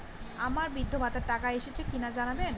আমার বিধবাভাতার টাকা এসেছে কিনা জানাবেন?